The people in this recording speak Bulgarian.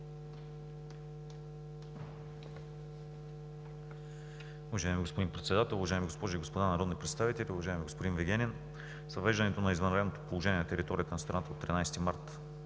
Уважаеми господин, Председател, уважаеми госпожи и господа народни представители! Уважаеми господин Вигенин, с въвеждането на извънредното положение на територията на страната от 13 март